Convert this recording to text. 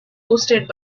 hosted